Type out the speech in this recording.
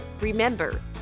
Remember